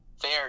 fair